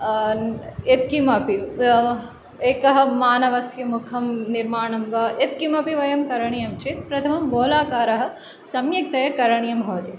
यत्किमपि एकः मानवस्य मुखं निर्माणं वा यत्किमपि वयं करणीयं चेत् प्रथमं गोलाकारः सम्यक्तया करणीयं भवति